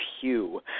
hue